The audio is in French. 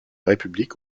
république